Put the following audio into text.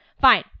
Fine